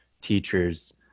teachers